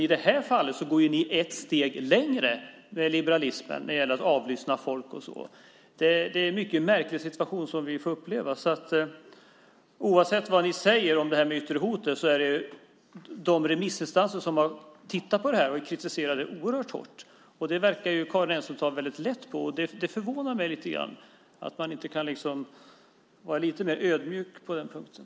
I detta fall går ni ett steg längre med liberalismen när det gäller att avlyssna folk. Det är en mycket märklig situation som vi får uppleva. Oavsett vad ni säger om det yttre hotet har de remissinstanser som har sett på detta kritiserat det oerhört hårt. Det verkar Karin Enström ta lätt på, och det förvånar mig lite grann att man inte kan vara lite mer ödmjuk på den punkten.